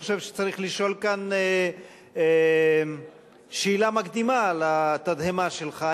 אני חושב שצריך לשאול כאן שאלה מקדימה לתדהמה שלך.